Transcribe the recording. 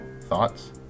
thoughts